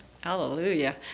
Hallelujah